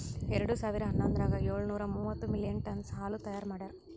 ಎರಡು ಸಾವಿರಾ ಹನ್ನೊಂದರಾಗ ಏಳು ನೂರಾ ಮೂವತ್ತು ಮಿಲಿಯನ್ ಟನ್ನ್ಸ್ ಹಾಲು ತೈಯಾರ್ ಮಾಡ್ಯಾರ್